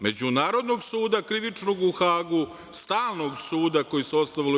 Međunarodnog suda krivičnog u Hagu, stalnog suda koje su osnovale UN.